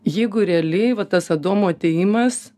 jeigu realiai va tas adomo atėjimas